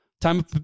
Time